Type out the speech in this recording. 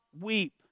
weep